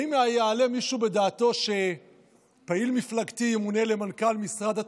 האם יעלה מישהו בדעתו שפעיל מפלגתי ימונה למנכ"ל משרד התחבורה?